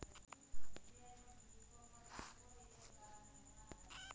స్టాక్లు, exchange traded ఫండ్లు లాంటి ఆర్థికసాధనాల నుండి హెడ్జ్ని నిర్మిత్తర్